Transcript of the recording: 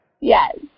Yes